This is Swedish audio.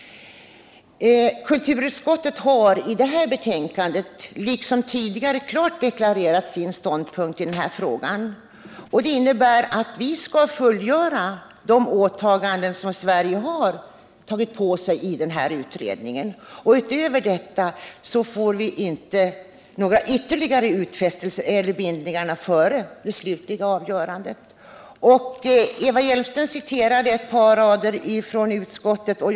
Kulturutskottet har i det här betänkandet liksom tidigare klart deklarerat sin ståndpunkt i denna fråga. Den innebär att vi skall fullgöra de åtaganden som Sverige har gjort i utredningen. Utöver det får inte några ytterligare utfästelser eller bindningar göras före det slutliga avgörandet. Eva Hjelmström citerade ett par rader ur utskottets betänkande.